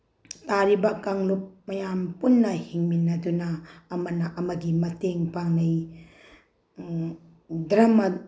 ꯇꯥꯔꯤꯕ ꯀꯥꯡꯂꯨꯞ ꯃꯌꯥꯝ ꯄꯨꯟꯅ ꯍꯤꯡꯃꯤꯟꯅꯗꯨꯅ ꯑꯃꯅ ꯑꯃꯒꯤ ꯃꯇꯦꯡ ꯄꯥꯡꯅꯩ ꯙꯔꯃ